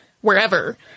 wherever